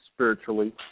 Spiritually